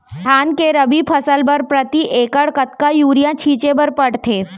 धान के रबि फसल बर प्रति एकड़ कतका यूरिया छिंचे बर पड़थे?